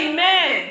Amen